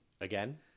Again